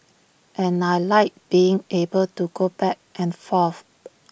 and I Like being able to go back and forth